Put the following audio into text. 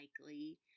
likely